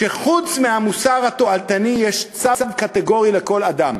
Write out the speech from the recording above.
שחוץ מהמוסר התועלתני יש צו קטגורי לכל אדם: